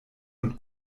und